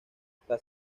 está